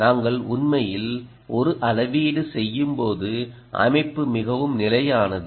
நாங்கள் உண்மையில் ஒருஅளவீடு செய்யும் போது அமைப்பு மிகவும் நிலையானது